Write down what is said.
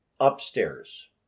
upstairs